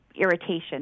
irritation